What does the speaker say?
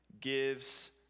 gives